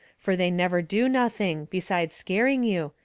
fur they never do nothing, besides scaring you,